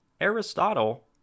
Aristotle